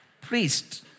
priest